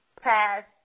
past